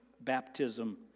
baptism